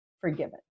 forgiven